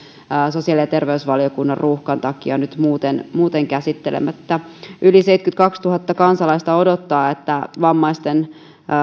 sosiaali ja terveysvaliokunnan ruuhkan takia nyt muuten muuten käsittelemättä yli seitsemänkymmentäkaksituhatta kansalaista odottaa että vammaisilla